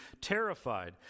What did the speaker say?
terrified